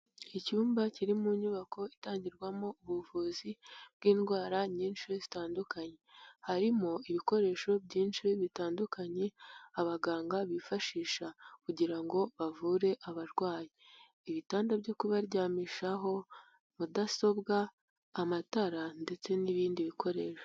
Icyumba kiri mu nyubako itangirwamo ubuvuzi bw'indwara nyinshi zitandukanye, harimo ibikoresho byinshi bitandukanye abaganga bifashisha kugira ngo bavure abarwayi, ibitanda byo kubaryamishaho, mudasobwa, amatara ndetse n'ibindi bikoresho.